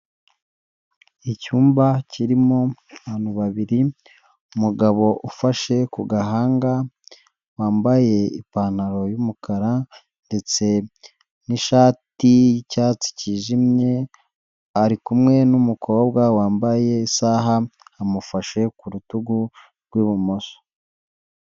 Icyumba kirimo abantu babiri, umugabo ufashe ku gahanga, wambaye ipantaro y'umukara ndetse n'ishati y'icyatsi cyijimye, ari kumwe n'umukobwa wambaye isaha, amufashe ku rutugu rw'ibumoso.